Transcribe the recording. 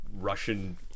Russian